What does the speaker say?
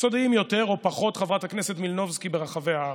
סודיים יותר או פחות ברחבי הארץ,